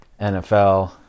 NFL